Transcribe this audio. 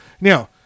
Now